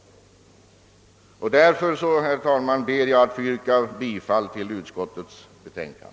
Därför, herr talman, ber jag att få yrka bifall till utskottets hemställan.